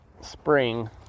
spring